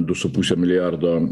du su puse milijardo